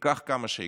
ייקח כמה שייקח,